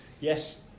yes